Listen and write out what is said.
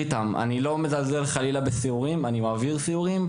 אני לא מזלזל בסיורים כי אני גם מעביר סיורים,